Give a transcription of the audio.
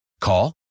Call